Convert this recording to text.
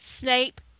Snape